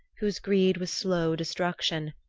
whose greed was slow destruction,